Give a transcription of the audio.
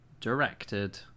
directed